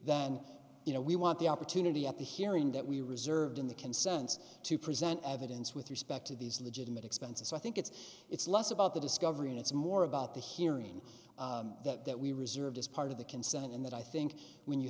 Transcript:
then you know we want the opportunity at the hearing that we reserved in the consents to present evidence with respect to these legitimate expenses so i think it's it's less about the discovery and it's more about the hearing that that we reserved as part of the consent and that i think when you